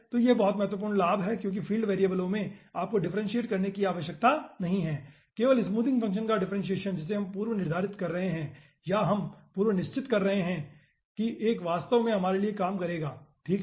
तो यह बहुत महत्वपूर्ण लाभ है क्योंकि फ़ील्ड वेरिएबलों में आपको डिफ्रेंसियेट करने की आवश्यकता नहीं है केवल स्मूथिंग फ़ंक्शन का डिफ्रेंसियेसन जिसे हम पूर्वनिर्धारित कर रहे हैं या हम पूर्वनिश्चित कर रहे हैं कि एक वास्तव में हमारे लिए काम करेगा ठीक है